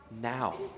now